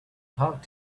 talk